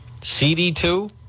CD2